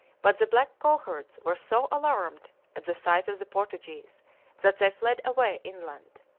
but the black cowherds were so alarmed at the sight of the portuguese that they fled away inland.